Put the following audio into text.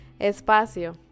espacio